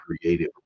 creative